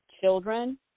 children